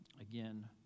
Again